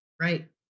Right